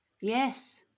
Yes